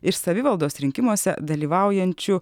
iš savivaldos rinkimuose dalyvaujančių